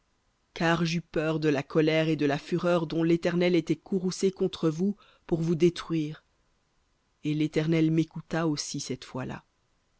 car j'eus peur de la colère et de la fureur dont l'éternel était courroucé contre vous pour vous détruire et l'éternel m'écouta aussi cette fois-là